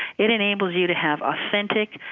it enables you to have authentic,